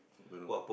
don't know